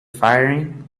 firing